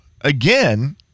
again